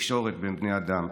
לתקשורת בין בני אדם.